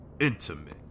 intimate